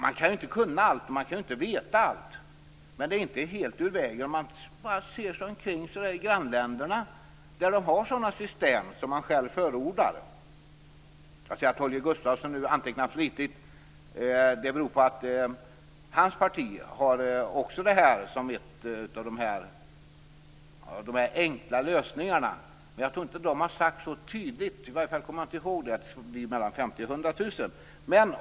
Det går ju inte att kunna och veta allt men det är inte helt ur vägen så att säga att se sig omkring i grannländer som har sådana system som man själv förordar. Jag ser att Holger Gustafsson nu antecknar flitigt. Hans parti har också med det här som en av de enkla lösningarna. Jag tror dock inte att man uttalat sig så tydligt - i varje fall kommer jag inte ihåg det - som att det blir 50 000-100 000 nya jobb.